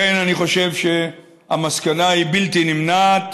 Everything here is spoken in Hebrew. לכן, אני חושב שהמסקנה היא בלתי נמנעת: